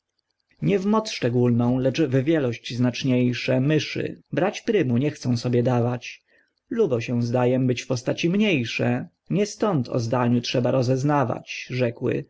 nie w moc szczególną lecz w wielość znaczniejsze myszy brać prymu nie chcą sobie dawać lubo się zdajem być w postaci mniejsze nie stąd o zdaniu trzeba rozeznawać rzekły